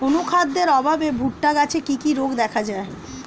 অনুখাদ্যের অভাবে ভুট্টা গাছে কি কি রোগ দেখা যায়?